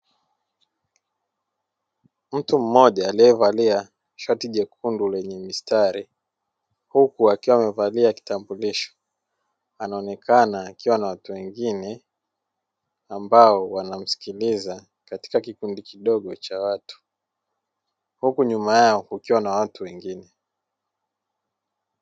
Mtu mmoja aliyevalia shati jekundu lenye mistari huku akiwa amevalia kitambulisho, anaonekana akiwa na watu wengine ambao wanamsikiliza katika kikundi kidogo cha watu, huku nyuma yao kukiwa na watu wengine.